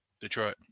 Detroit